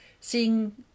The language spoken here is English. seeing